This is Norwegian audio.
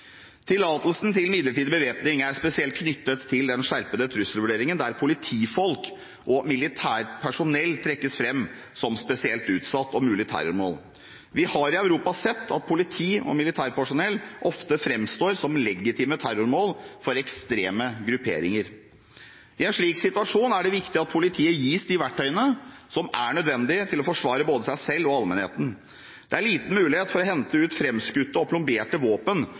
Tillatelsen til midlertidig bevæpning er spesielt knyttet til den skjerpede trusselvurderingen der politifolk og militært personell trekkes fram som spesielt utsatte og mulige terrormål. Vi har i Europa sett at politi og militært personell ofte framstår som legitime terrormål for ekstreme grupperinger. I en slik situasjon er det viktig at politiet gis de verktøyene som er nødvendige til å forsvare både seg selv og allmennheten. Det er liten mulighet for å hente ut framskutte og plomberte våpen